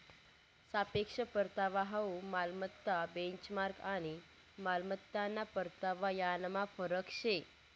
सापेक्ष परतावा हाउ मालमत्ता बेंचमार्क आणि मालमत्ताना परतावा यानमा फरक शे